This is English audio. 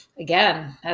again